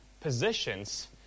positions